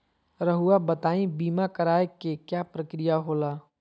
रहुआ बताइं बीमा कराए के क्या प्रक्रिया होला?